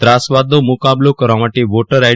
ત્રાસવાદનો મુકાબલો કરવા માટે વોટર આઇ